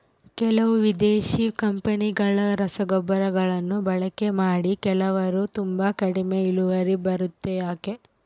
ಕೆಲವು ವಿದೇಶಿ ಕಂಪನಿಗಳ ರಸಗೊಬ್ಬರಗಳನ್ನು ಬಳಕೆ ಮಾಡಿ ಕೆಲವರು ತುಂಬಾ ಕಡಿಮೆ ಇಳುವರಿ ಬರುತ್ತೆ ಯಾಕೆ?